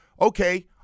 okay